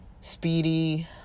speedy